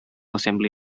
assembly